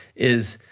is